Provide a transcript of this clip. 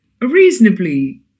reasonably